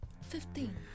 Fifteen